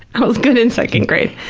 i was good in second grade,